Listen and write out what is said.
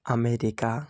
America